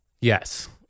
Yes